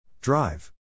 Drive